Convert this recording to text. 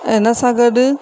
इन सां गॾु